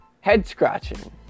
head-scratching